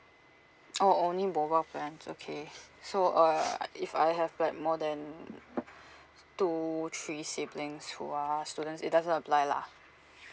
oh only mobile plans okay so uh if I have like more than two three siblings who are students it doesn't apply lah